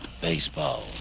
baseball